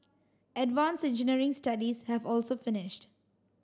advance engineering studies have also finished